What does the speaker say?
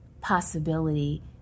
possibility